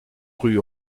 rue